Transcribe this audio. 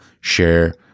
share